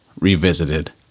Revisited